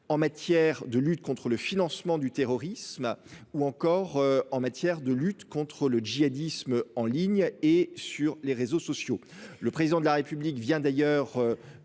renseignement, de lutte contre le financement du terrorisme, ainsi que de lutte contre le djihadisme en ligne et sur les réseaux sociaux. Le Président de la République vient d’ailleurs